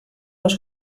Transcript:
los